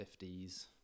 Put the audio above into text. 50s